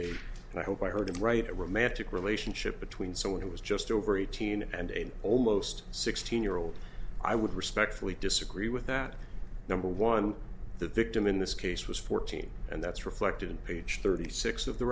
and i hope i heard him right a romantic relationship between someone who was just over eighteen and almost sixteen year old i would respectfully disagree with that number one the victim in this case was fourteen and that's reflected in page thirty six of the